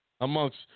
amongst